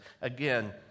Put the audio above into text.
again